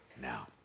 now